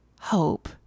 hope